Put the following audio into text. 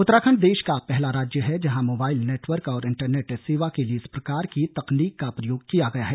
उत्तराखण्ड देश को पहला राज्य है जहां मोबाइल नेटवर्क और इण्टरनेट सेवा के लिए इस प्रकार की तकनीक का प्रयोग किया गया है